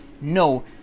No